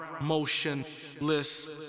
motionless